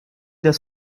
das